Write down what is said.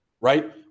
right